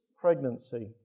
pregnancy